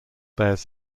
bears